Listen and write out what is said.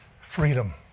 freedom